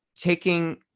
taking